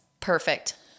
Perfect